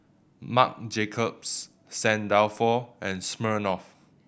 Marc Jacobs Saint Dalfour and Smirnoff